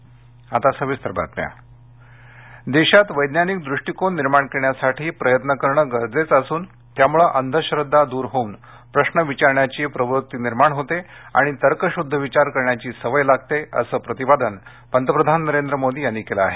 पंतप्रधान देशात वैज्ञानिक दृष्टीकोन निर्माण करण्यासाठी प्रयत्न करण गरजेचं असूनत्यामुळे अंधश्रद्वा दूर होऊन प्रश्न विचारण्याची प्रवृत्ती निर्माण होते आणि तर्कशुद्ध विचार करण्याची सवय लागते असं प्रतिपादन पंतप्रधान नरेंद्र मोदी यांनी केलं आहे